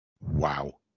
Wow